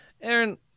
Aaron